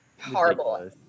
horrible